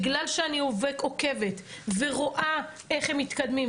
בגלל שאני עוקבת ורואה איך הם מתקדמים,